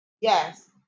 yes